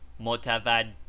Motavad